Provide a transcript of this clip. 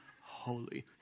holy